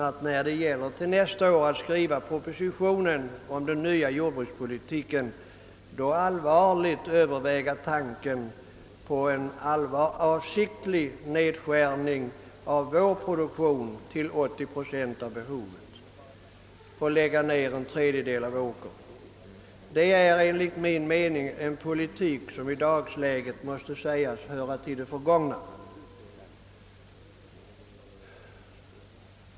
Att vid utformningen av den nya jordbrukspolitiken i nästa års statsverksproposition allvarligt överväga tanken på en avsiktlig nedskärning av vår produktion till 80 procent av behovet och en nedläggning av en tredjedel av vår åkerareal är enligt min mening uttryck för en politik som måste sägas höra till det förgångna.